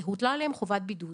הוטלה עליהם חובת בידוד.